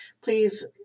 please